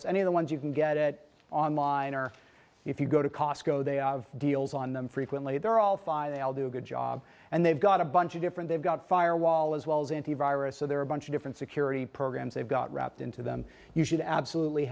folks any of the ones you can get it online or if you go to costco they deals on them frequently they're all fine they all do a good job and they've got a bunch of different they've got firewall as well as antivirus so there are a bunch of different security programs they've got wrapped into them you should absolutely